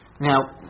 Now